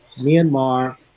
Myanmar